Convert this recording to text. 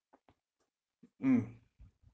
mm